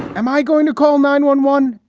am i going to call nine one one?